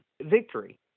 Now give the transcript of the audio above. victory